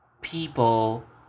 people